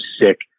sick